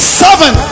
seven